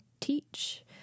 teach